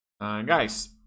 Guys